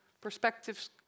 perspectives